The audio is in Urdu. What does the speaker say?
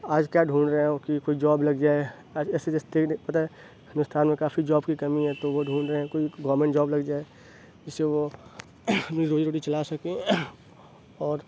آج کیا ڈھونڈ رہے ہیں کہ کوئی جاپ لگ جائے ہندوستان میں کافی جاپ کی کمی ہے تو وہ ڈھونڈ رہے ہیں کوٮٔی گورمنٹ جاپ لگ جائے جس سے وہ اپنی روزی روٹی چلا سکیں اور